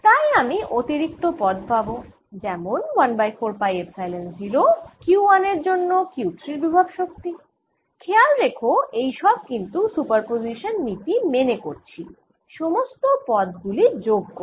তাই আমি অতিরিক্ত পদ পাবো যেমন 1 বাই 4 পাই এপসাইলন 0 Q1 এর জন্য Q3র বিভব শক্তি খেয়াল রেখো এইসব কিন্তু সুপারপোসিশান নীতি মেনে করছি সমস্ত পদ গুলি যোগ করে